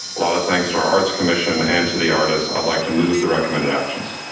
a lot of thanks to our arts commission and to the artist. i'd like to move the recommended actions.